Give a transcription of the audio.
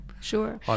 Sure